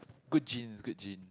good genes good gene